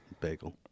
bagel